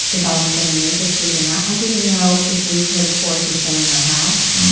if i was going to make it through the night, i didn't know if we could afford to stay in our house.